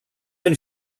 only